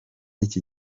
iki